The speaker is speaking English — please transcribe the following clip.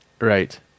Right